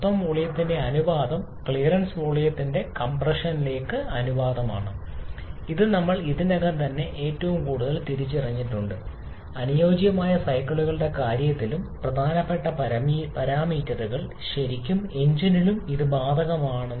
മൊത്തം വോളിയത്തിന്റെ അനുപാതം ക്ലിയറൻസ് വോളിയത്തിലേക്ക് കംപ്രഷൻ അനുപാതമാണ് അത് നമ്മൾ ഇതിനകം തന്നെ ഏറ്റവും കൂടുതൽ തിരിച്ചറിഞ്ഞിട്ടുണ്ട് അനുയോജ്യമായ സൈക്കിളുകളുടെ കാര്യത്തിലും പ്രധാനപ്പെട്ട പാരാമീറ്റർ ശരിക്കും എഞ്ചിനിലും ഇത് ബാധകമാണ് നന്നായി